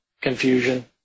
confusion